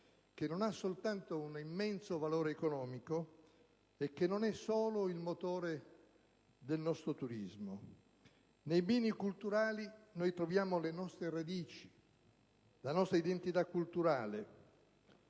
che non ha soltanto un immenso valore economico e che non è solo il motore del nostro turismo: nei beni culturali noi troviamo le nostre radici, la nostra identità culturale.